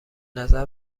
نظر